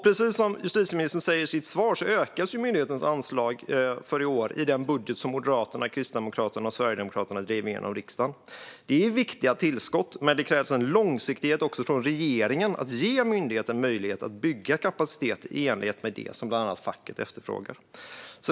Precis som justitieministern säger i sitt svar ökas myndighetens anslag för i år i den budget som Moderaterna, Kristdemokraterna och Sverigedemokraterna drev igenom i riksdagen. Det är ett viktigt tillskott, men det krävs också en långsiktighet från regeringens sida så att myndigheten får möjlighet att bygga kapacitet i enlighet med det som bland annat facket efterfrågar.